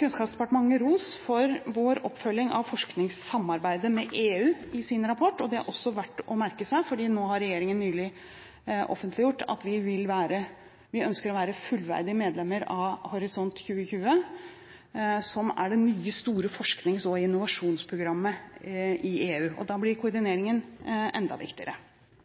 Kunnskapsdepartementet ros for vår oppfølging av forskningssamarbeidet med EU i sin rapport. Det er også verdt å merke seg, for nå har regjeringen nylig offentliggjort at vi ønsker å være fullverdige medlemmer av Horisont 2020, som er det nye, store forsknings- og innovasjonsprogrammet i EU. Da blir koordineringen enda viktigere.